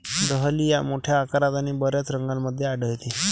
dahlia मोठ्या आकारात आणि बर्याच रंगांमध्ये आढळते